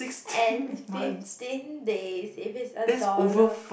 and fifteen days if it's a dollar